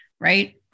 right